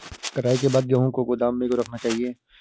कटाई के बाद गेहूँ को गोदाम में क्यो रखना चाहिए?